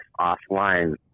offline